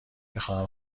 بخواهم